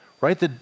right